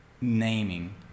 naming